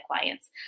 clients